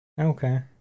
Okay